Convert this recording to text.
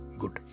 good